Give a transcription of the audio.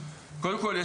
קודם כול,